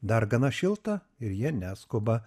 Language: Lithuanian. dar gana šilta ir jie neskuba